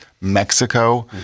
Mexico